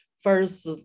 first